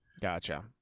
gotcha